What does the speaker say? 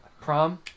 Prom